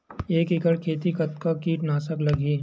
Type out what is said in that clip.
एक एकड़ खेती कतका किट नाशक लगही?